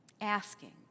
asking